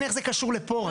איך זה קשור לפה.